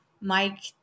Mike